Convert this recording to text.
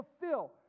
fulfill